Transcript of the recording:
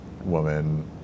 woman